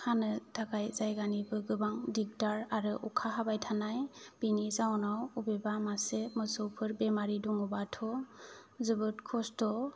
खानो थाखाय जायगानिबो गोबां दिगदार आरो अखा हाबाय थानाय बेनि जाउनाव अबेबा मासे मोसौफोर बेमारि दङबाथ' जोबोद खस्थ'